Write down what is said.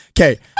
Okay